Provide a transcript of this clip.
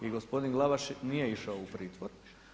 I gospodin Glavaš nije išao u pritvor.